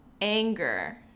Anger